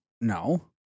No